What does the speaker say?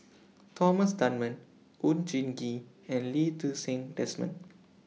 Thomas Dunman Oon Jin Gee and Lee Ti Seng Desmond